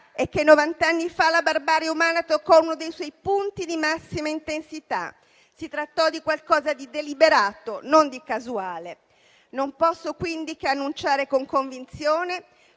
novanta anni fa, la barbarie umana toccò uno dei suoi punti di massima intensità: si trattò di qualcosa di deliberato, non di casuale. Non posso quindi che annunciare, con convinzione,